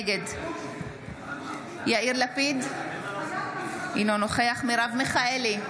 נגד יאיר לפיד, אינו נוכח מרב מיכאלי,